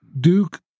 Duke